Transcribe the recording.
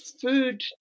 Food